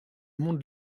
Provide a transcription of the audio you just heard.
monde